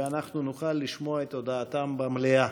ואנחנו נוכל לשמוע את הודעתם במליאה.